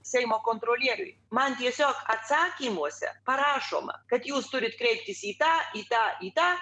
seimo kontrolieriui man tiesiog atsakymuose parašoma kad jūs turit kreiptis į tą į tą